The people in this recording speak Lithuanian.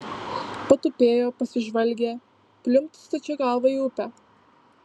patupėjo pasižvalgė pliumpt stačia galva į upę